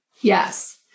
Yes